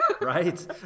right